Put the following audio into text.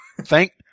Thank